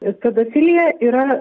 ir pedofilija yra